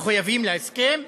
מחויבים להסכם,